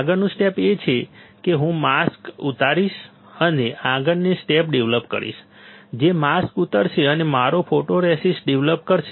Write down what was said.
આગળનું સ્ટેપ એ છે કે હું માસ્ક ઉતારીશ અને આગળનું સ્ટેપ ડેવલપ કરીશ જે માસ્ક ઉતારશે અને મારો ફોટોરેસિસ્ટ ડેવલપ કરશે